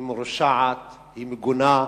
היא מרושעת, היא מגונה,